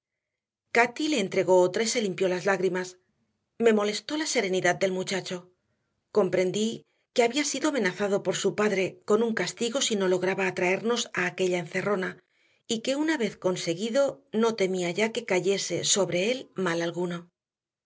cati le entregó otra y se limpió las lágrimas me molestó la serenidad del muchacho comprendí que había sido amenazado por su padre con un castigo si no lograba atraernos a aquella encerrona y que una vez conseguido no temía ya que cayese sobre él mal alguno